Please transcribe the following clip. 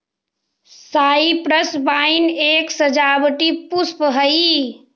cypress vine एक सजावटी पुष्प हई